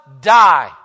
die